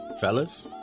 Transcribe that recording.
Fellas